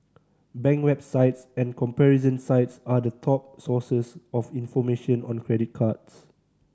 bank websites and comparison sites are the top sources of information on credit cards